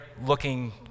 looking